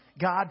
God